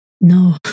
No